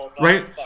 Right